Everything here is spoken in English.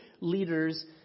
leaders